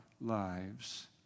lives